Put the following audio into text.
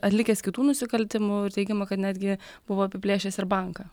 atlikęs kitų nusikaltimų ir teigiama kad netgi buvo apiplėšęs ir banką